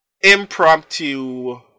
impromptu